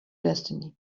destiny